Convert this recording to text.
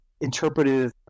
interpretive